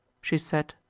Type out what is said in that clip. she said,